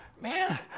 man